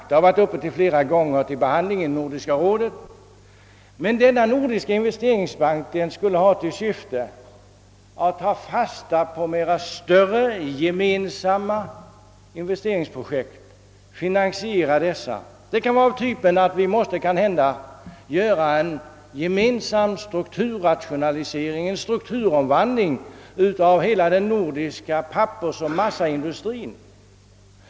Den frågan har varit uppe till behandling i Nordiska rådet flera gånger. En sådan bank skulle ha till syfte att finansiera större gemensamma in vesteringsprojekt, t.ex. av typen gemensam strukturomvandling av hela den nordiska pappersoch massaindustrin.